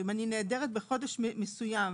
אם אני נעדרת בחודש מסוים,